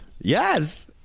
Yes